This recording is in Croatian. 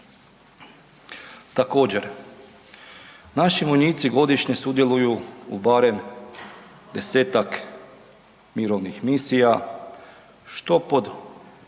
Također, naši vojnici godišnje sudjeluju u barem desetak mirovnih misija, što pod